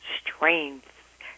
strength